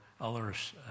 others